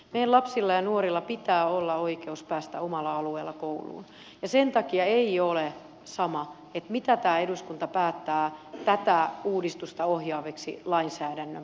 meidän lapsilla ja nuorilla pitää olla oikeus päästä omalla alueellaan kouluun ja sen takia ei ole sama mitä tämä eduskunta päättää tätä uudistusta ohjaaviksi lainsäädännön pohjiksi